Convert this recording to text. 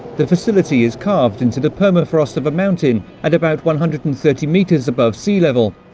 the facility is carved into the permafrost of a mountain, at about one hundred and thirty metres above sea level,